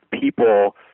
people